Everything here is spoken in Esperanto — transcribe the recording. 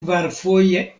kvarfoje